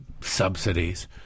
subsidies